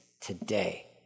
today